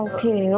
Okay